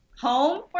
home